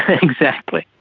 ah exactly!